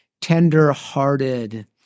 tender-hearted